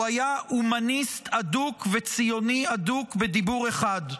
הוא היה הומניסט אדוק וציוני אדוק בדיבור אחד,